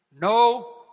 No